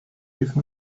give